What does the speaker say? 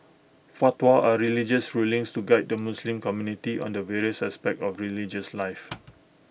fatwas are religious rulings to guide the Muslim community on the various aspects of religious life